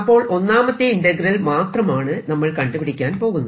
അപ്പോൾ ഒന്നാമത്തെ ഇന്റഗ്രൽ മാത്രമാണ് നമ്മൾ കണ്ടുപിടിക്കാൻ പോകുന്നത്